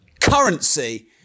currency